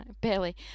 Barely